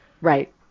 Right